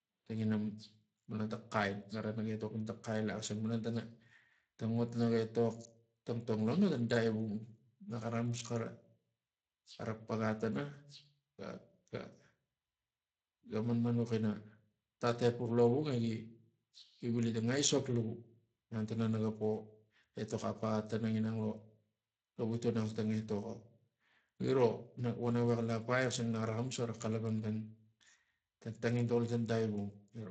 Tangina malan tana ta xai gara nga etok panatang xai la xisang malan tana tang ot naga etok tangtong lo no tong saivung naxara axamus xara xara paga tana ga- ga- ga manmanux ina tat epux lovung egi vili tang aisok lovung malan tana naga po etok apaga tana lo vituana xak etok o giro nak voneng hapai xisang naxara axamus xara xalapang tana tangitol tan daivung.